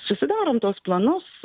susidarom tuos planus